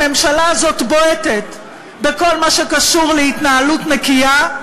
הממשלה הזאת בועטת בכל מה שקשור להתנהלות נקייה,